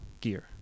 gear